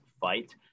fight